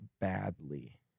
badly